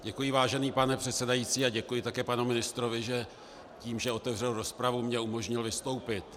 Děkuji, vážený pane předsedající, a děkuji také panu ministrovi, že tím, že otevřel rozpravu, mi umožnil vystoupit.